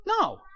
No